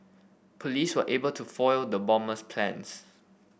police were able to foil the bomber's plans